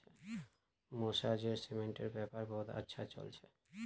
मौसाजीर सीमेंटेर व्यापार बहुत अच्छा चल छ